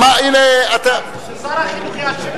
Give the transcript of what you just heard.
ששר החינוך ישיב,